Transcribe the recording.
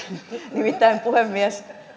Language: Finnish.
nimittäin puhemies